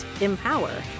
empower